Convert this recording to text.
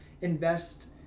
invest